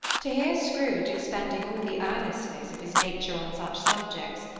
to hear scrooge expending all the earnestness of his nature on such subjects,